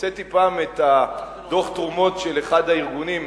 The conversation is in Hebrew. כשהוצאתי פעם את דוח התרומות של אחד הארגונים,